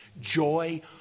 Joy